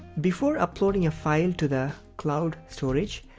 before uploading a file to the cloud storage,